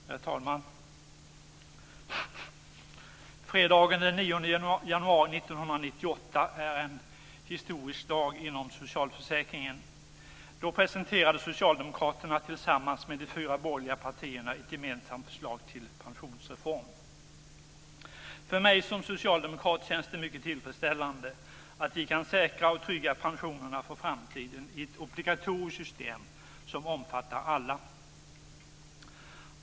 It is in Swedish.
Herr talman! Fredagen den 9 januari 1998 är en historisk dag inom socialförsäkringen. Då presenterade Socialdemokraterna tillsammans med de fyra borgerliga partierna ett gemensamt förslag till pensionsreform. För mig som socialdemokrat känns det mycket tillfredsställande att vi kan säkra och trygga pensionerna för framtiden i ett obligatoriskt system som omfattar alla.